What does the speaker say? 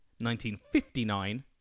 1959